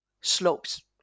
slopes